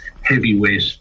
heavyweight